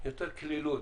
מצפים ליותר קלילות.